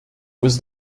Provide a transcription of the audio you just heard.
was